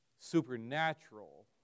supernatural